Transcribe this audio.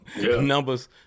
Numbers